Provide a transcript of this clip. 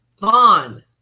Vaughn